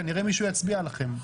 כנראה, מישהו יצביע לכם.